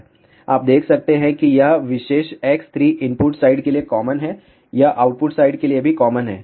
आप देख सकते हैं कि यह विशेष X3 इनपुट साइड के लिए कॉमन है यह आउटपुट साइड के लिए भी कॉमन है